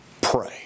Pray